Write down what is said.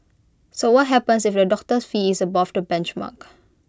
so what happens if A doctor's fee is above the benchmark